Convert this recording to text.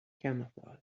camouflage